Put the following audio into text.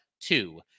two